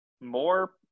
more